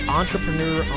entrepreneur